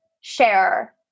share